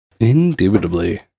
Indubitably